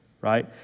right